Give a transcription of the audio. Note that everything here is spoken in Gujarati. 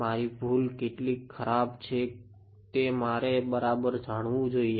મારી ભૂલ કેટલી ખરાબ છે તે મારે બરાબર જાણવું જોઈએ